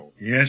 Yes